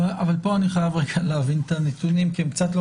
אבל פה אני חייב להבין את הנתונים כי הם קצת לא